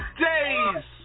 days